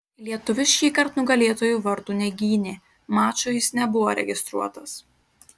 lietuvis šįkart nugalėtojų vartų negynė mačui jis nebuvo registruotas